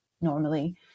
normally